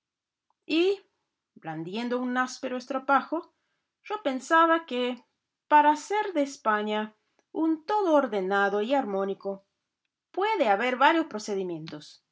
y blandiendo un áspero estropajo yo pensaba que para hacer de españa un todo ordenado y armónico puede haber varios procedimientos